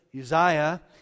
Uzziah